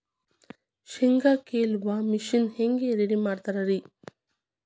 ಶೇಂಗಾ ಕೇಳುವ ಮಿಷನ್ ಹೆಂಗ್ ರೆಡಿ ಮಾಡತಾರ ರಿ?